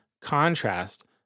contrast